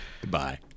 Goodbye